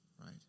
right